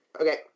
Okay